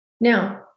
Now